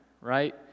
right